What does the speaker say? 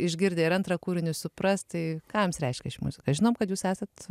išgirdę ir antrą kūrinį suprast tai ką reiškia ši muzika žinom kad jūs esat